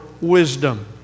wisdom